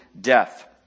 death